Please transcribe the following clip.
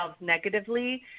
negatively